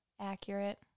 accurate